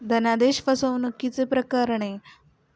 धनादेश फसवणुकीची प्रकरणे पोलिसांकडून सोडवली जातात